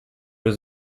was